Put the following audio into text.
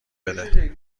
بده